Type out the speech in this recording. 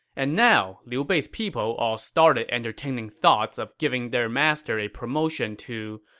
and now, liu bei's people all started entertaining thoughts of giving their master a promotion to,